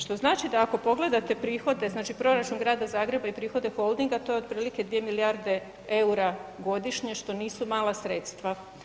Što znači da ako pogledate prihode, znači proračun Grada Zagreba i prihode holdinga to je otprilike 2 milijarde EUR-a godišnje što nisu mala sredstva.